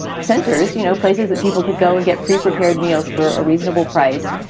centers, you know, places that people could go and get pre-prepared meals for a reasonable price.